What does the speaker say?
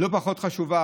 לא פחות חשוב.